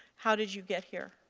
how did you get here?